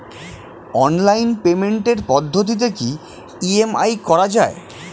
Online পেমেন্টের পদ্ধতিতে কি ই.এম.আই করা যায়?